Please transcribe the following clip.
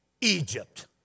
Egypt